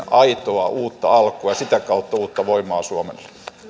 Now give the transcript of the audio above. aitoa uutta alkua ja sitä kautta uutta voimaa suomelle